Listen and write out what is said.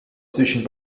zwischen